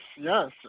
yes